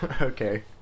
okay